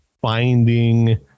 finding